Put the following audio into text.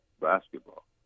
basketball